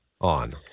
on